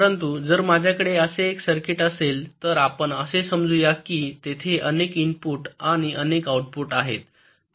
परंतु जर माझ्याकडे असे एक सर्किट असेल तर आपण असे समजू या की तेथे अनेक इनपुट आणि अनेक आउटपुट आहेत